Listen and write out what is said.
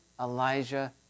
Elijah